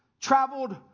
Traveled